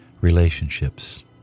relationships